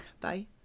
Bye